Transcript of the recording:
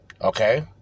Okay